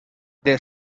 their